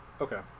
Okay